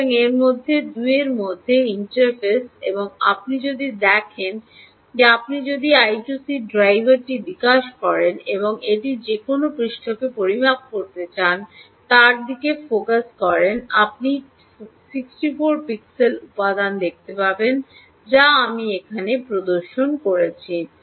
সুতরাং এর মধ্যে 2 এর মধ্যে এর ইন্টারফেস এবং আপনি যদি দেখেন যে আপনি যদি এই আই 2 সি ড্রাইভারটি বিকাশ করেন এবং এটি যে কোনও পৃষ্ঠকে পরিমাপ করতে চান তার দিকে ফোকাস করেন আপনি 64 পিক্সেল উপাদান দেখতে পাবেন যা আমি এখানে প্রদর্শন করছি